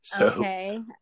okay